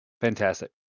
Fantastic